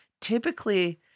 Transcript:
typically